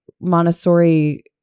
Montessori –